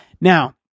now